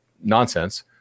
nonsense